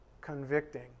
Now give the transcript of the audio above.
convicting